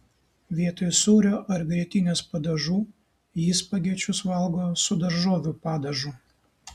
vietoj sūrio ar grietinės padažų ji spagečius valgo su daržovių padažu